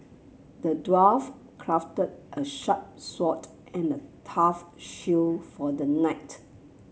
the dwarf crafted a sharp sword and a tough shield for the knight